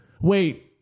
Wait